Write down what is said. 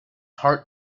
heart